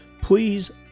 please